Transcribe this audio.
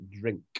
drink